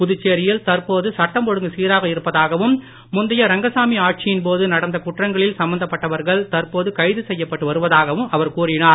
புதுச்சேரியில் தற்போது சட்டம் ஒழுங்கு சீராக இருப்பதாகவும் முந்தைய ரங்கசாமி ஆட்சியின் போது நடந்த குற்றங்களில் சம்பந்தப் பட்டவர்கள் தற்போது கைது செய்யப்பட்டு வருவதாகவும் அவர் கூறினார்